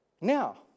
now